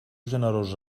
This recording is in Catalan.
generosos